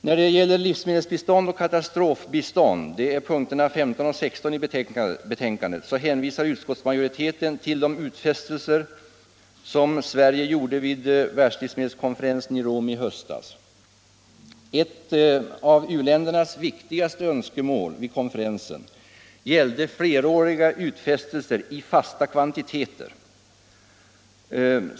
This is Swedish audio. När det gäller livsmedelsbistånd och katastrofbistånd hänvisar utskottsmajoriteten till de utfästelser som Sverige gjorde vid världslivsmedelskonferensen i Rom i höstas. Ett av u-ländernas viktigaste önskemål vid konferensen gällde fleråriga utfästelser i fasta kvantiteter.